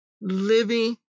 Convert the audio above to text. living